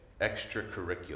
extracurricular